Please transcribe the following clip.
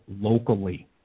locally